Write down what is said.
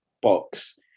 box